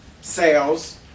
sales